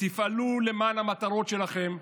תפעלו למען המטרות שלכם,